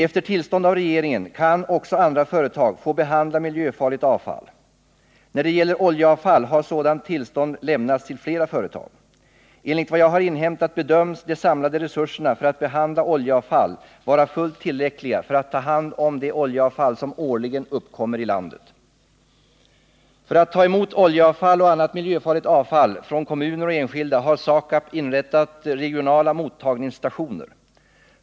Efter tillstånd av regeringen kan också andra företag få behandla miljöfarligt avfall. När det gäller oljeavfall har sådant tillstånd lämnats till flera företag. Enligt vad jag har inhämtat bedöms de samlade resurserna för att behandla oljeavfall vara fullt tillräckliga för att ta hand om det oljeavfall som årligen uppkommer i landet. För att ta emot oljeavfall och annat miljöfarligt avfall från kommuner och enskilda har SAKAB inrättat regionala mottagningsstationer.